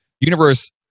universe